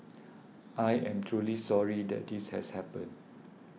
I am truly sorry that this has happened